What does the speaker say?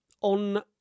on